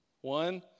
One